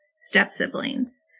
step-siblings